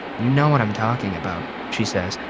you know what i'm talking about, she says,